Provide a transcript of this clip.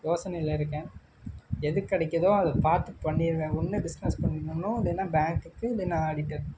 யோசனையில் இருக்கேன் எது கிடைக்கிதோ அது பார்த்து பண்ணிடணும்னு ஒன்று பிஸ்னஸ் பண்ணிடணும் இல்லைனா பேங்க்குக்கு இல்லைனா ஆடிட்டர்